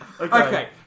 okay